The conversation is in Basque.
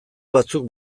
batzuk